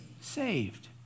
saved